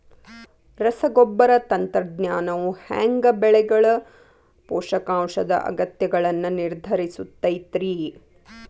ರಸಗೊಬ್ಬರ ತಂತ್ರಜ್ಞಾನವು ಹ್ಯಾಂಗ ಬೆಳೆಗಳ ಪೋಷಕಾಂಶದ ಅಗತ್ಯಗಳನ್ನ ನಿರ್ಧರಿಸುತೈತ್ರಿ?